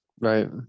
Right